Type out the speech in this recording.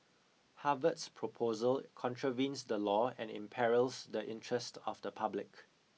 Harvard's proposal contravenes the law and imperils the interest of the public